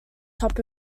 top